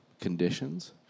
conditions